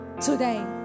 today